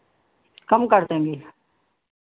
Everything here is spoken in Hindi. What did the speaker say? कम कर देंगी